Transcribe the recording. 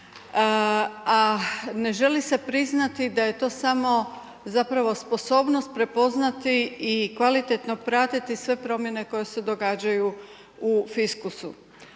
a ne želi se priznati da je to samo zapravo sposobnost prepoznati i kvalitetno pratiti sve promjene koje se događaju u fiskusu.